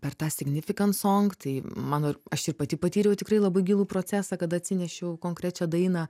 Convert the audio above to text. per tą significant song tai mano aš ir pati patyriau tikrai labai gilų procesą kada atsinešiau konkrečią dainą